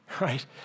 right